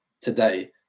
today